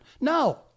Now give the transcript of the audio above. No